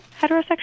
heterosexual